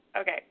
okay